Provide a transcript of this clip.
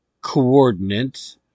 coordinate